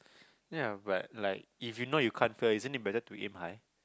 ya but like if you know you can't fail isn't it better to aim high